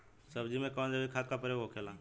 सब्जी में कवन जैविक खाद का प्रयोग होखेला?